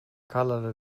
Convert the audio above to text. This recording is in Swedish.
kallade